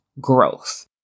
growth